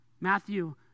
Matthew